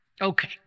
okay